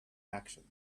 actions